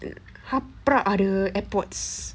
the haprak ah the airpods